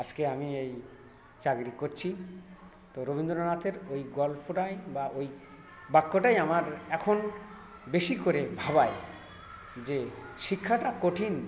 আজকে আমি এই চাকরি করছি তো রবীন্দ্রনাথের ওই গল্পটাই বা ওই বাক্যটাই আমার এখন বেশি করে ভাবায় যে শিক্ষাটা কঠিন